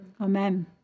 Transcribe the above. Amen